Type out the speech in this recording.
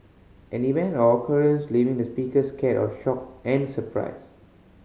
an event or occurrence leaving the speaker scared or shocked and surprised